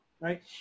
right